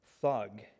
thug